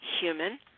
human